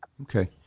Okay